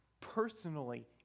personally